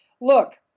look